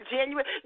January